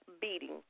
beating